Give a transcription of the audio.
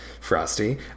Frosty